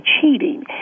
cheating